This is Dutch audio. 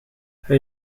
hij